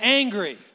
angry